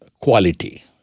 quality